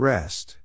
Rest